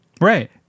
right